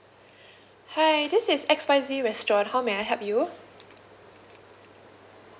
hi this is X Y Z restaurant how may I help you